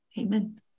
Amen